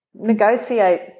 negotiate